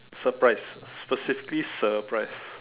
surprise specifically surprise